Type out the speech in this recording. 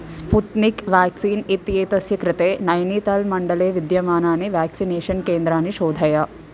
Sputnik vaccine इत्येतस्य कृते नैनीताल् मण्डले विद्यमानानि व्याक्सिनेषन् केन्द्राणि शोधय